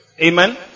Amen